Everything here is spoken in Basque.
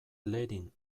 lerin